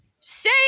say